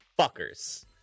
fuckers